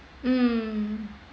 mm